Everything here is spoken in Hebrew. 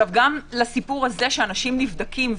גם לסיפור הזה שכולם נבדקים,